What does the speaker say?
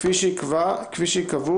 כפי שיקבעו